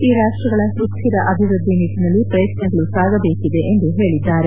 ಈ ರಾಷ್ಷಗಳ ಸುಕ್ಕರ ಅಭಿವೃದ್ಧಿ ನಿಟ್ಟನಲ್ಲಿ ಪ್ರಯತ್ನಗಳು ಸಾಗಬೇಕಿದೆ ಎಂದು ಹೇಳಿದ್ದಾರೆ